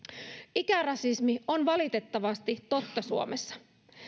ikärasismi on valitettavasti totta suomessa